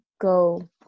go